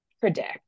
predict